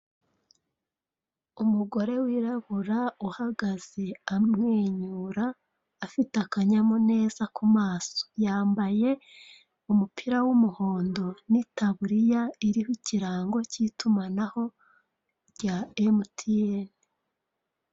Umugore wirabura uhagaze amwenyura afite akanyamuneza ku maso yambaye umupira w'umuhondo n'itaburiya iriho ikirango cya mtn.